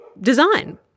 design